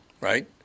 right